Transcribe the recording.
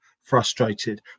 frustrated